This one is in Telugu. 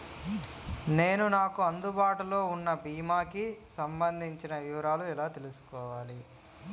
నేను నాకు అందుబాటులో ఉన్న బీమా కి సంబంధించిన వివరాలు ఎలా తెలుసుకోవాలి?